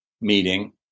meeting